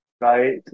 right